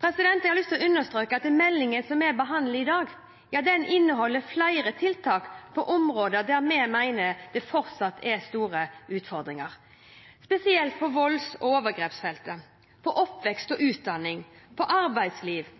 Jeg har lyst til å understreke at meldingen vi behandler i dag, inneholder flere tiltak innenfor områder der vi mener det fortsatt er store utfordringer, spesielt når det gjelder vold og overgrep, oppvekst og utdanning, arbeidsliv,